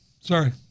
sorry